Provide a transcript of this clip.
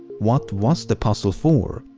what was the puzzle for?